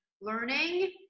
learning